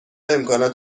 امکانات